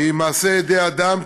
היא מעשי ידי אדם,